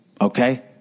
Okay